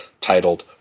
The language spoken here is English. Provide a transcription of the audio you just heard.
titled